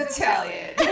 Italian